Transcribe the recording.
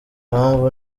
mpamvu